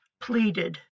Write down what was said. pleaded